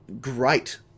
great